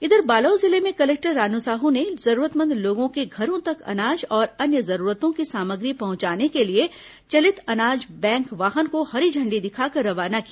इधर बालोद जिले में कलेक्टर रानू साहू ने जरूरतमंद लोगों के घरों तक अनाज और अन्य जरूरतों की सामग्री पहुंचाने के लिए चलित अनाज बैंक वाहन को हरी झण्डी दिखाकर रवाना किया